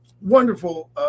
wonderful